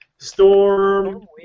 Storm